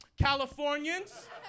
Californians